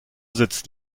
sitzt